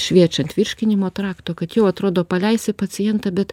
šviečiant virškinimo trakto kad jau atrodo paleisi pacientą bet